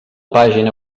pàgina